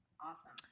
Awesome